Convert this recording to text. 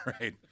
right